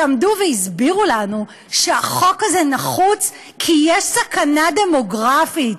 שעמדו והסבירו לנו שהחוק הזה נחוץ כי יש סכנה דמוגרפית,